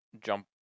jump